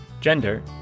gender